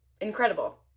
Incredible